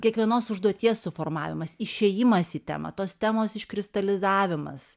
kiekvienos užduoties suformavimas išėjimas į temą tos temos iškristalizavimas